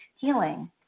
healing